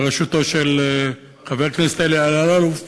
בראשותו של חבר הכנסת אלי אלאלוף,